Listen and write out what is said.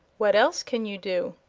what else can you do?